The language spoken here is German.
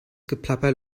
geplapper